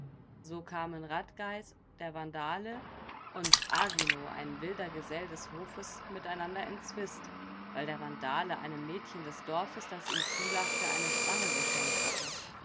so kamen radgais der vandale und agino ein wilder gesell des hofes miteinander in zwist weil der vandale einem mädchen des dorfes das ihm zulachte eine spange geschenkt hatte